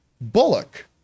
Bullock